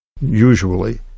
usually